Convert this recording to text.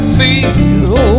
feel